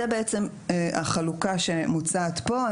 זה בעצם החלוקה שמוצעת פה.